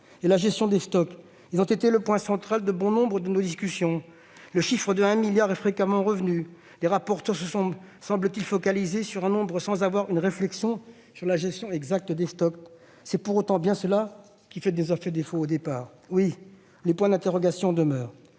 et la gestion de leurs stocks ont été le point central de bon nombre de nos discussions. Le chiffre de 1 milliard est fréquemment revenu. Les rapporteurs se sont focalisés, semble-t-il, sur un nombre sans avoir une réflexion sur la gestion exacte de ce stock. C'est pour autant bien cela qui nous a fait défaut au départ. Oui, les points d'interrogation demeurent.